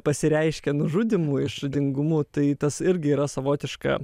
pasireiškia nužudymų išradingumu tai tas irgi yra savotiška